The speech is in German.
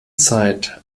zeit